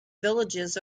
villages